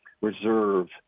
reserve